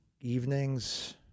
evenings